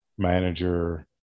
Manager